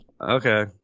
Okay